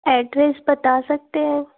address बता सकते हो